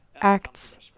Acts